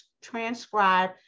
transcribe